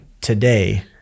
today